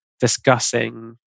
discussing